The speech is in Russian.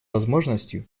возможностью